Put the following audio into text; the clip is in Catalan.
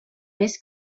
més